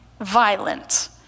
violent